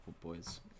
boys